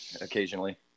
occasionally